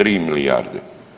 3 milijarde.